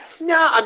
No